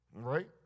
right